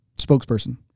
Spokesperson